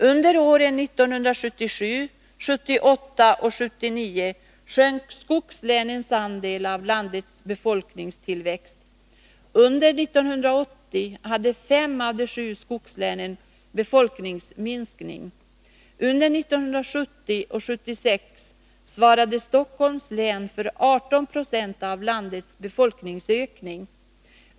Under åren 1977, 1978 och 1979 sjönk skogslänens andel av landets befolkningstillväxt. Under 1981 hade fem av de sju skogslänen befolkningsminskning. Under åren 1970-1976 svarade Stockholms län för 18 96 av landets befolkningsökning.